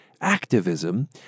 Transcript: activism